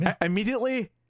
immediately